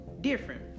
different